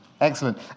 Excellent